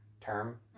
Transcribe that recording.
term